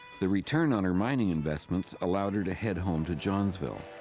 the return on her mining investments allowed her to head home to johnsville.